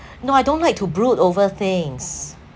no I don't like to brood over things